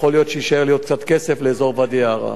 יכול להיות שיישאר לי עוד קצת כסף לאזור ואדי-עארה.